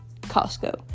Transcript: Costco